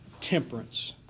temperance